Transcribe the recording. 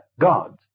god